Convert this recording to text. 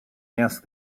asked